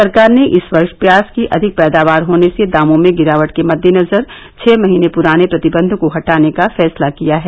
सरकार ने इस वर्ष प्याज की अधिक पैदावार होने से दामों में गिरावट के मद्देनजर छह महीने पुराने प्रतिबंध को हटाने का फैसला किया है